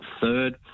third